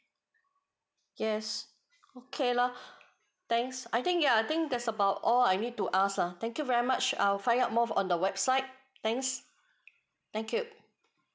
yes okay lah thanks I think ya I think that's about all I need to ask lah thank you very much I'll find out more on the website thanks thank you